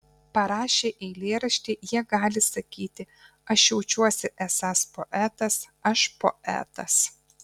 parašę eilėraštį jie gali sakyti aš jaučiuosi esąs poetas aš poetas